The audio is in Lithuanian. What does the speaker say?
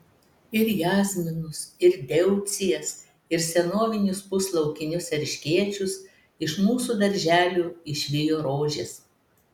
ir jazminus ir deucijas ir senovinius puslaukinius erškėčius iš mūsų darželių išvijo rožės